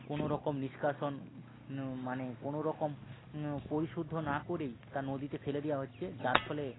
কোনো রকম নিষ্কাশন মানে কোনো রকম পরিশুদ্ধ না করেই তা নদীতে ফেলে দেওয়া হচ্ছে যার ফলে